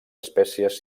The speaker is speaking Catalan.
espècies